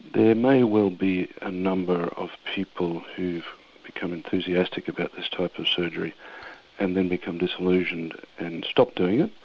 there may well be a number of people who've become enthusiastic about this type of surgery and then become disillusioned and stopped doing it,